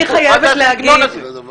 מה זה הסגנון הזה?